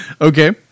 okay